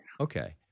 Okay